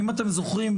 אם אתם זוכרים,